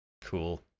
Cool